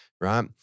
right